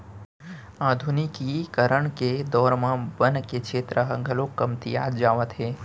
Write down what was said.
आधुनिकीकरन के दौर म बन के छेत्र ह घलौ कमतियात जावत हे